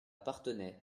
parthenay